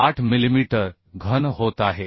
8 millimetre घन होत आहे